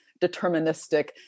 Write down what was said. deterministic